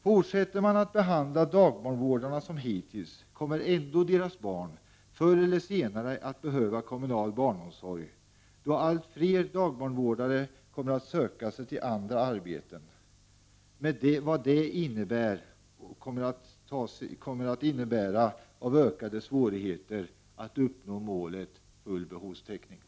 Fortsätter man att behandla dagbarnvårdarna som hittills kommer ändå deras barn förr eller senare att behöva kommunal barnomsorg, då allt fler dagbarnvårdare söker sig till andra arbeten — med vad det i sin tur innebär i ökade svårigheter att uppnå målet full behovstäckning.